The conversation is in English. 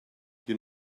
you